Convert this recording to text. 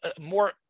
more